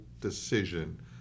decision